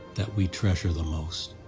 that we treasure the most.